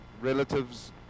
relatives